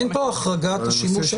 אין פה החרגה בשימוש.